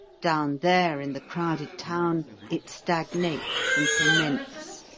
down there in the crowded town, it stagnates and ferments,